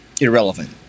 irrelevant